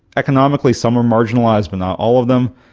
economically some are marginalised but not all of them.